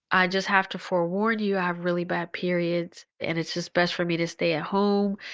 i just have to forewarn you, i have really bad periods. and it's just best for me to stay at home,